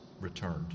returned